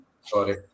sorry